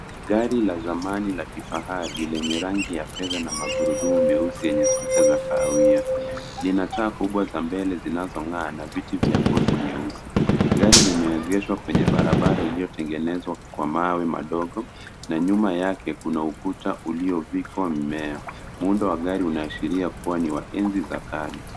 Gari la zamani la kifahari lenye rangi ya fedha na magurudumu meusi yenye spika za kahawia. Lina taa kubwa za mbele zinazong'aa na viti vya ngozi nyeusi. Gari limeegeshwa kwenye barabara iliyotengenezwa kwa mawe madogo, na nyuma yake kuna kuta uliovikwa mmea. Muundo wa gari unaashiria ni wa enzi za kale.